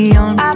on